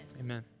amen